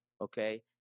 Okay